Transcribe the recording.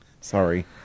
Sorry